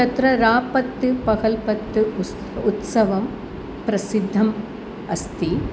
तत्र रापत्तपहल्पत्त उत्सवः प्रसिद्धः अस्ति